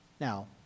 Now